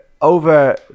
over